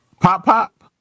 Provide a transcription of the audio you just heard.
Pop-pop